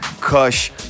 KUSH